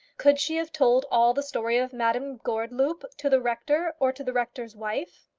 could she have told all the story of madame gordeloup to the rector or to the rector's wife?